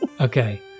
Okay